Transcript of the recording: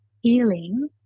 healing